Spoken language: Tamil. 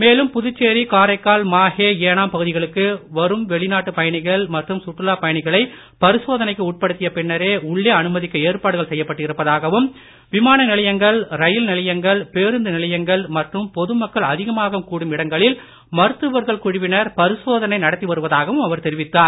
மேலும் புதுச்சேரி காரைக்கால் மாஹே ஏனாம் பகுதிகளுக்கு வரும் வெளிநாட்டு பயணிகள் மற்றும் சுற்றுலா பயணிகளை பரிசோதனைக்கு உட்படுத்திய பின்னரே உள்ளே அனுமதிக்க ஏற்பாடுகள் செய்யப்பட்டு இருப்பதாகவும் விமான நிலையங்கள் ரயில் நிலையங்கள் பேருந்து நிலையங்கள் மற்றும் பொதுமக்கள் அதிகமாக கூடும் இடங்களில் மருத்துவர்கள் குழுவினர் பரிசோதனை நடத்தி வருவதாகவும் அவர் தெரிவித்தார்